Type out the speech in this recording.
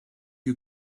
you